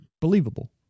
Believable